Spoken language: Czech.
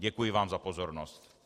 Děkuji vám za pozornost.